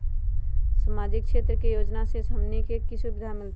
सामाजिक क्षेत्र के योजना से हमनी के की सुविधा मिलतै?